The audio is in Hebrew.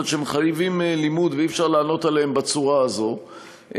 אבל שמחייבים לימוד ואי-אפשר לענות עליהם בצורה הזאת,